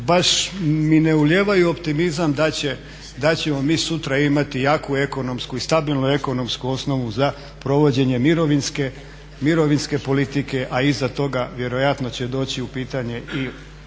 baš mi ne ulijevaju optimizam da ćemo mi sutra imati jaku ekonomsku i stabilnu ekonomsku osnovu za provođenje mirovinske politike, a iza toga vjerojatno će doći u pitanje i